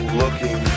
looking